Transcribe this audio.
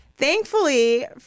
Thankfully